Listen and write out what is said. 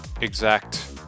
exact